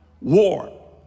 War